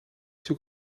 zoek